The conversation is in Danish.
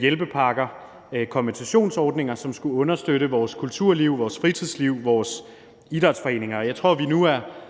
hjælpepakker og kompensationsordninger, som skulle understøtte vores kulturliv, vores fritidsliv og vores idrætsforeninger.